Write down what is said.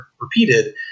repeated